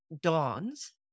dawns